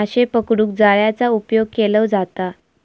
माशे पकडूक जाळ्याचा उपयोग केलो जाता